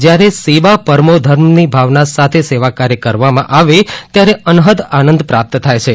જયારે સેવા પરમો ધર્મની ભાવના સાથે સેવા કાર્ય કરવામાં આવે ત્યારે અનહદ આનંદ પ્રાપ્ત થાય છે